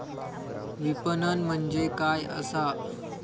विपणन म्हणजे काय असा?